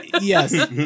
Yes